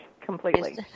completely